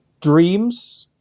dreams